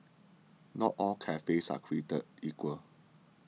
not all cafes are created equal